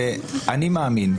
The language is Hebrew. אני מאמין,